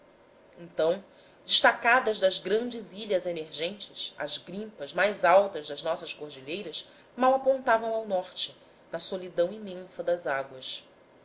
então destacadas das grandes ilhas emergentes as grimpas mais altas das nossas cordilheiras mal apontavam ao norte na solidão imensa das águas